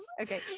Okay